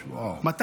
וואו, וואו.